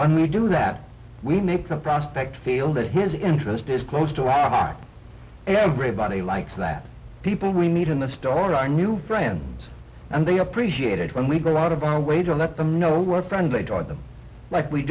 when we do that we make a prospect feel that his interest is close to lack everybody likes that people we need in the store are new friends and they appreciate it when we go out of our way to let them know what friend they taught them like we